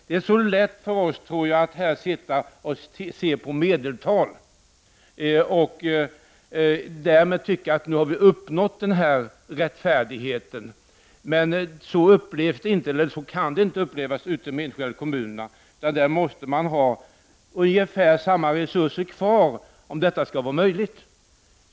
Det är så lätt för oss att sitta här och se på medeltal och därmed tycka att vi har uppnått rättfärdighet, men så kan det inte upplevas ute i de enskilda kommunerna, utan de måste ha ungefär samma resurser som tidigare om detta skall vara möjligt.